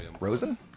Rosen